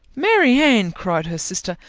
marianne, cried her sister,